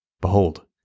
Behold